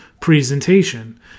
presentation